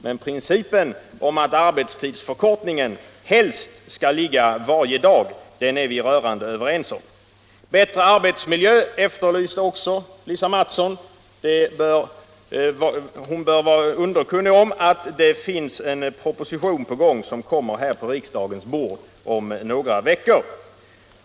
Men principen om att arbetstidsförkortningen helst skall ligga på varje dag är vi rörande överens om. Bättre arbetsmiljö efterlyste också Lisa Mattson. Hon bör vara underkunnig om att det finns en proposition på gång som kommer på riks dagens bord om några veckor.